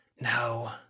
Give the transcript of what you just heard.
No